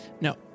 No